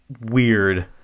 weird